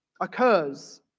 occurs